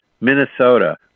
Minnesota